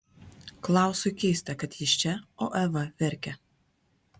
klausui keista kad jis čia o eva verkia